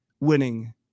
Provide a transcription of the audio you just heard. winning